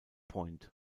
point